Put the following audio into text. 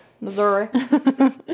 Missouri